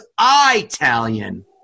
Italian